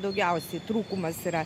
daugiausiai trūkumas yra